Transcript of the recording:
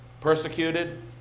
persecuted